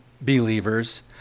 believers